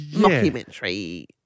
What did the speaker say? Documentary